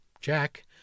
Jack